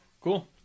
Cool